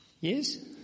Yes